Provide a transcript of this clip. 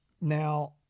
Now